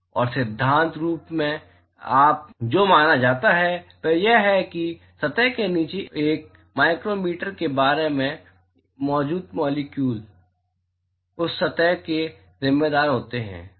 और सिद्धांत रूप में जो माना जाता है वह यह है कि सतह के नीचे एक माइक्रोमीटर एक माइक्रोमीटर के बारे में मौजूद मॉलिक्यूल उस सतह से जिम्मेदार होते हैं